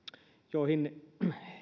joihin